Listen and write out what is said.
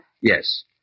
Yes